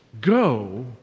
go